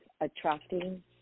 attracting